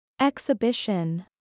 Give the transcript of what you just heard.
Exhibition